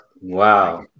wow